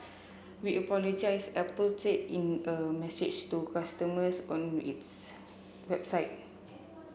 we apologise Apple said in the message to customers on its website